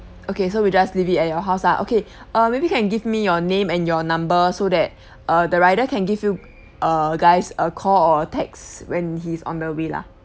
okay so we just leave it at your house lah okay uh maybe can give me your name and your number so that uh the rider can give you err guys a call or a text when he is on the way lah